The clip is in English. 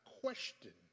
question